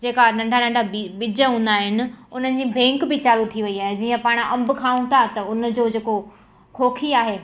जेका नंढा नंढा ॿि ॿिज हूंदा आहिनि उन्हनि जी बैंक बि चालू थी वयी आहे जीअं पाण अंब खाऊं था उनजो जेको खोखी आहे